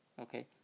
Okay